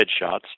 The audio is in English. headshots